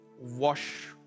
wash